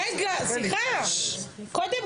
תשובת